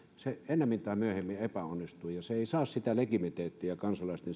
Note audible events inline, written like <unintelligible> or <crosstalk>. se ennemmin tai myöhemmin epäonnistuu ja se ei saa sitä legitimiteettiä kansalaisten <unintelligible>